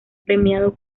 premiado